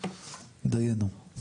דיינו.